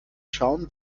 schauen